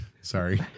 Sorry